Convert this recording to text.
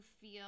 feel